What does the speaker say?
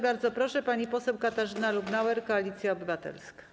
Bardzo proszę, pani poseł Katarzyna Lubnauer, Koalicja Obywatelska.